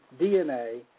DNA